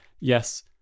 yes